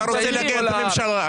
אתה רוצה להגיע לממשלה,